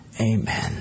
Amen